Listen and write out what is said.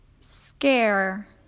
Scare